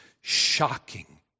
shocking